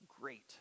great